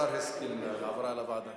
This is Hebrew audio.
השר הסכים להעברה לוועדה.